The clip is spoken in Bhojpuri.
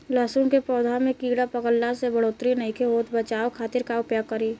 लहसुन के पौधा में कीड़ा पकड़ला से बढ़ोतरी नईखे होत बचाव खातिर का उपाय करी?